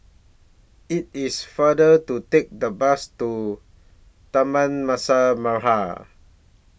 IT IS faster to Take The Bus to Taman Mas Merah